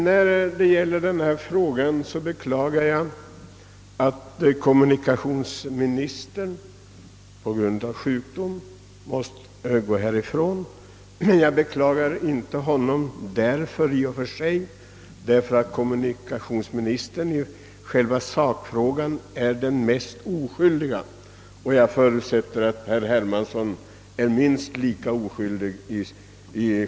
Vad sakfrågan beträffar beklagar jag att kommunikationsministern på grund av sjukdom måst gå härifrån. I och för sig är naturligtvis kommmunikationsministern ganska oskyldig i denna fråga, och jag förutsätter att statsrådet Hermansson är minst lika oskyldig.